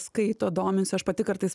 skaito domisi aš pati kartais